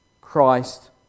Christ